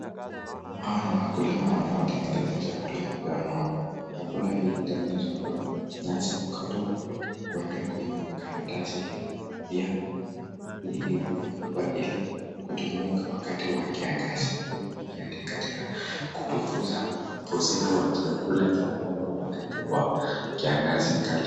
Hawa ni wakulima wanaotengeneza chakula cha ng'ombe, chakula hii hutengenezwa, nyasi hukatwa, kuwekwa kwenye karatasi hii. Pia hii hufunikwa ili kutumiwa kwa wakati wa kiangazi, hii husaidia katika kupunguza ukosefu wa chakula cha ng'ombe wakati wa kiangazi kali.